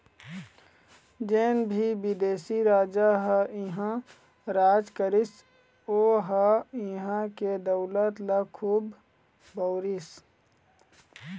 जेन भी बिदेशी राजा ह इहां राज करिस ओ ह इहां के दउलत ल खुब बउरिस